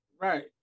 Right